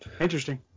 Interesting